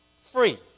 free